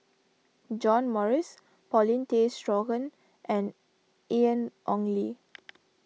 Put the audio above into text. John Morrice Paulin Tay Straughan and Ian Ong Li